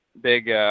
big